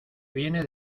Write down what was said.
viene